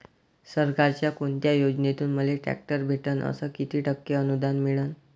सरकारच्या कोनत्या योजनेतून मले ट्रॅक्टर भेटन अस किती टक्के अनुदान मिळन?